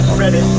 ready